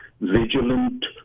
vigilant